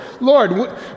Lord